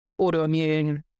autoimmune